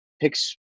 picks